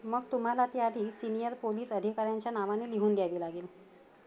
मग तुम्हाला ती आधी सिनियर पोलीस अधिकाऱ्यांच्या नावाने लिहून द्यावी लागेल